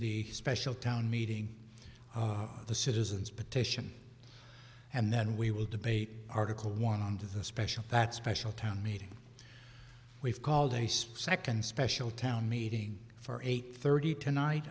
the special town meeting the citizens petition and then we will debate article one on to the special that special town meeting we've called a second special town meeting for eight thirty tonight